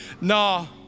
No